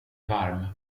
varm